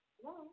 Hello